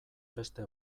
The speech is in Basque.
beste